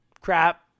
crap